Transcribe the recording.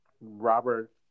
Robert